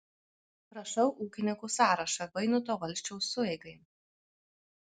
rašau ūkininkų sąrašą vainuto valsčiaus sueigai